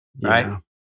Right